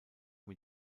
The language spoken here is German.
mit